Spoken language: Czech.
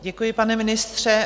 Děkuji, pane ministře.